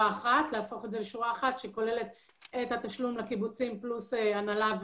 אחת שכוללת את התשלום לקיבוצים פלוס הנהלה,